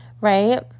right